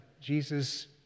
Jesus